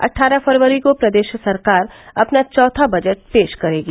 अट्ठारह फरवरी को प्रदेश सरकार अपना चौथा बजट पेश करेगी